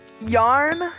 yarn